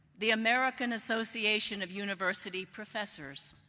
the american association of university professors,